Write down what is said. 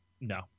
No